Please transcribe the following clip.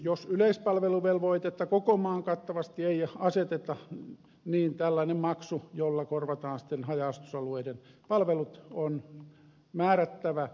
jos yleispalveluvelvoitetta koko maan kattavasti ei aseteta niin tällainen maksu jolla korvataan sitten haja asutusalueiden palvelut on määrättävä